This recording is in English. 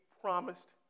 promised